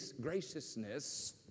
graciousness